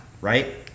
right